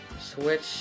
switch